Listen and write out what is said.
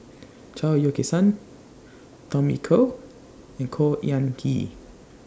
Chao Yoke San Tommy Koh and Khor Ean Ghee